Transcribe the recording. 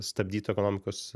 stabdytų ekonomikos